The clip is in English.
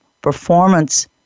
performance